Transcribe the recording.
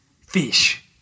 fish